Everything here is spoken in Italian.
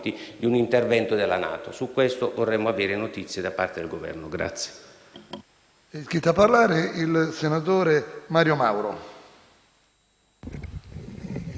di un intervento della NATO. Su questo vorremmo avere notizie da parte del Governo. [MAURO